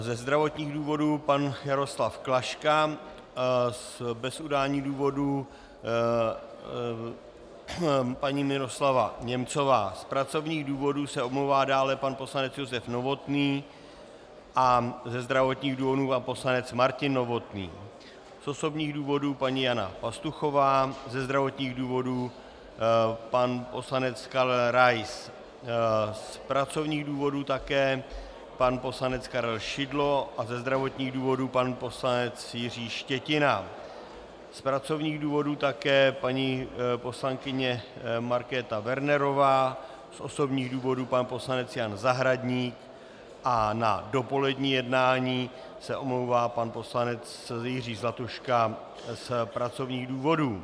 Ze zdravotních důvodů pan Jaroslav Klaška, bez udání důvodu paní Miroslava Němcová, z pracovních důvodů se omlouvá dále pan poslanec Josef Novotný a ze zdravotních důvodů pan poslanec Martin Novotný, z osobních důvodů paní Jana Pastuchová, ze zdravotních důvodů pan poslanec Karel Rais, z pracovních důvodů také pan poslanec Karel Šidlo a ze zdravotních důvodů pan poslanec Jiří Štětina, z pracovních důvodů také paní poslankyně Markéta Wernerová, z osobních důvodů pan poslanec Jan Zahradník a na dopolední jednání se omlouvá pan poslanec Jiří Zlatuška z pracovních důvodů.